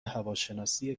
هواشناسی